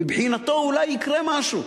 מבחינתו אולי יקרה משהו.